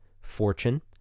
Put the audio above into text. Fortune